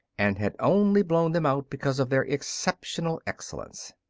and had only blown them out because of their exceptional excellence.